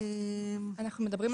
בשבוע (באחוזים/שקלים חדשים) הסבר 66